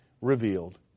revealed